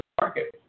market